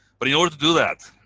but in order to do that,